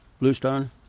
bluestone